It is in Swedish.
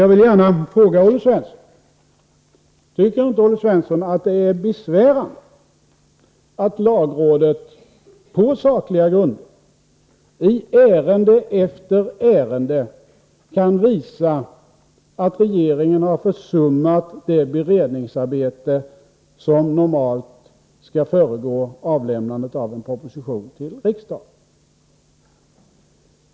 Jag vill gärna fråga Olle Svensson: Tycker inte Olle Svensson att det är besvärande att lagrådet, på sakliga grunder, i ärende efter ärende kan visa att regeringen har försummat det beredningsarbete som normalt skall föregå avlämnandet av en proposition till riksdagen?